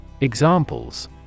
Examples